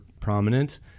prominent